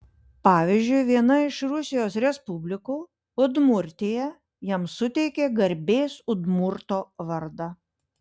pavyzdžiui viena iš rusijos respublikų udmurtija jam suteikė garbės udmurto vardą